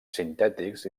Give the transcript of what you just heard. sintètics